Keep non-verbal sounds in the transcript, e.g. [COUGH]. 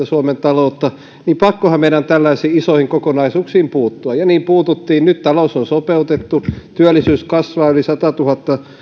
[UNINTELLIGIBLE] suomen taloutta niin pakkohan meidän on tällaisiin isoihin kokonaisuuksiin puuttua ja niin puututtiin nyt talous on sopeutettu työllisyys kasvaa yli satatuhatta